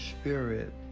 Spirit